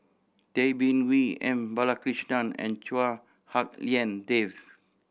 Tay Bin Wee M Balakrishnan and Chua Hak Lien Dave